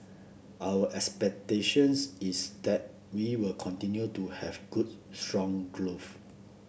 our expectations is that we will continue to have good strong growth